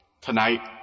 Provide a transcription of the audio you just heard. tonight